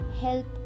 help